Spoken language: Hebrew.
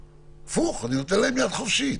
אני נותן להם יד חופשית.